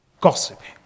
gossiping